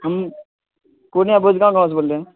ہم پورنیہ بھوج گاؤں گاؤں سے بول رہے ہیں